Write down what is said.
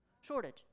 Shortage